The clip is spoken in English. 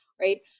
right